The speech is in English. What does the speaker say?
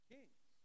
Kings